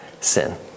sin